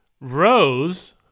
Rose